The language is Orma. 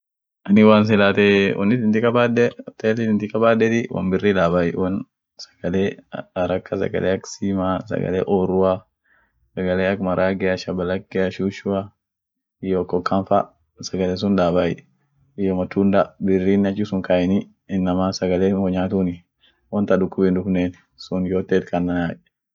woan silate hooteeli ti kabaade, won biri daabai sagale ak siimaa won oorua sagale ak maaragea iyo shushua, iyoo okokaan fa, sagale sun daabai iyoo matunda biri inama sagalea nyaatuni sun itkanai